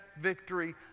victory